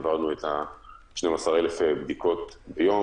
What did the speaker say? עברנו את 12,000 הבדיקות ביום.